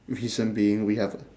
reason being we have